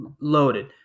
loaded